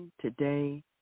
today